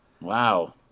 wow